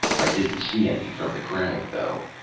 i didn't see any from the crag, though.